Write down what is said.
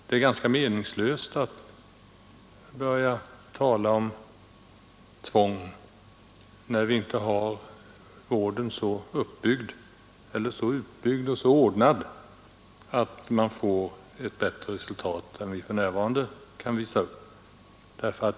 Det är ganska meningslöst att börja tala om tvång när vi inte har vården så utbyggd och så ordnad att man får ett bättre resultat än vi för närvarande kan visa upp.